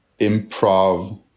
improv